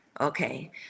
Okay